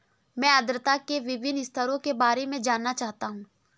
मैं आर्द्रता के विभिन्न स्तरों के बारे में जानना चाहता हूं